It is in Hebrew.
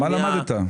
מה למדת?